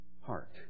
heart